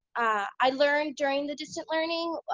i learned during the distant learning,